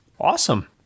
awesome